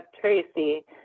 Tracy